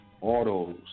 Autos